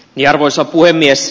arvoisa puhemies